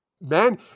Man